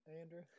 Andrew